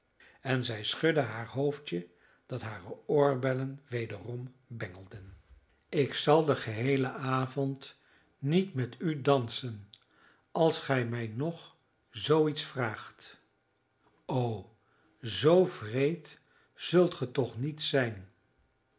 en zij schudde haar hoofdje dat hare oorbellen wederom bengelden ik zal den geheelen avond niet met u dansen als gij mij nog zoo iets vraagt o zoo wreed zult ge toch niet zijn